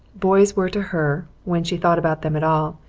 boys were to her, when she thought about them at all,